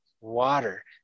water